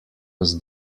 was